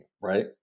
right